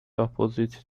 opposite